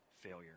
failure